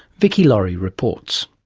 vicki laurie reports.